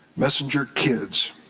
messenger kids.